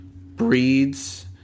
breeds